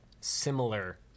similar